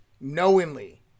Knowingly